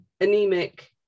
anemic